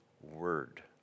Word